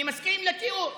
אני מסכים עם התיאור.